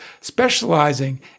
specializing